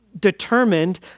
determined